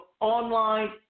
online